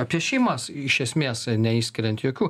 apie šeimas iš esmės neišskiriant jokių